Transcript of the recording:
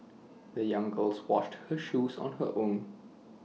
the young girls washed her shoes on her own